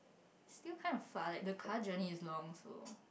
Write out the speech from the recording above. still kind of far like the car journey is long so